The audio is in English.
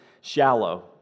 shallow